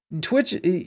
Twitch